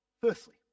firstly